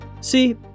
See